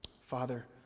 Father